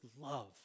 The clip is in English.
love